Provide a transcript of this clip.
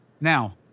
Now